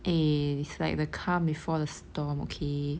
eh it's like the calm before the storm okay